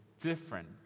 different